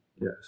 Yes